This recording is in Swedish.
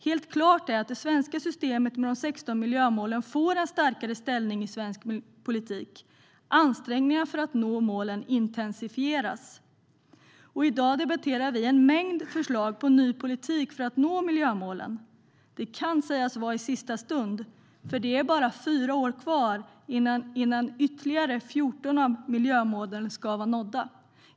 Helt klart är att det svenska systemet med de 16 miljömålen får en starkare ställning i svensk politik. Ansträngningen för att nå målen intensifieras. I dag debatterar vi en mängd förslag till ny politik för att nå miljömålen. Det kan sägas vara i sista stund, för det är bara fyra år kvar innan ytterligare 14 av miljömålen ska vara nådda.